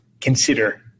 consider